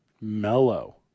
mellow